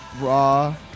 Raw